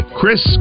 Chris